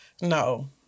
no